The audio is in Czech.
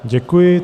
Děkuji.